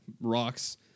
rocks